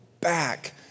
back